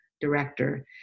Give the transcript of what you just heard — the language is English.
director